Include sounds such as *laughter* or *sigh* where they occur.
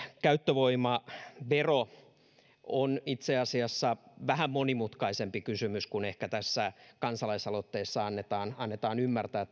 käyttövoimavero taikka se millä tavalla sen on itse asiassa vähän monimutkaisempi kysymys kuin tässä kansalaisaloitteessa ehkä annetaan ymmärtää *unintelligible*